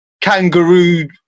kangaroo